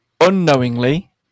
unknowingly